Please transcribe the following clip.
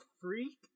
freak